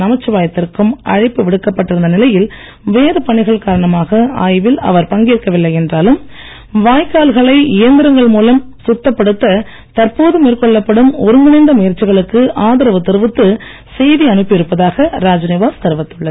நமச்சிவாயத்திற்கும் அழைப்பு விடுக்கப்பட்டிருந்த நிலையில் வேறு பணிகள் காரணமாக ஆய்வில் அவர் பங்கேற்வில்லை என்றாலும் வாய்க்கால்களை இயந்திரங்கள் மூலம் சுத்தப்படுத்த தற்போது மேற்கொள்ளப்படும் ஒருங்கிணைந்த முயற்சிகளுக்கு ஆதரவு தெரிவித்து செய்தி அனுப்பியிருந்ததாக ராஜ்நிவாஸ் தெரிவித்துள்ளது